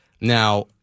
Now